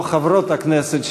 לא חברות הכנסת,